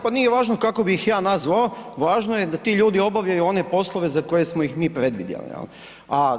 Pa nije važno kako bih ih ja nazvao, važno je da ti ljudi obavljaju one poslove za koje smo ih mi predvidjeli, jel?